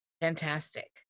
Fantastic